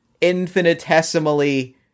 infinitesimally